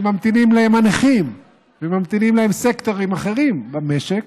שממתינים להם הנכים וממתינים להם סקטורים אחרים במשק,